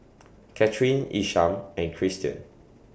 Katharine Isham and Kristian